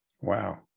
Wow